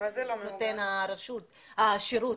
לנותן השירות.